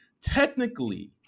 Technically